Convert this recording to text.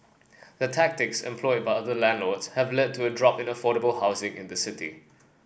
the tactics employed by other landlords have led to a drop in affordable housing in the city